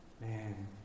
Man